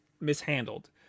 mishandled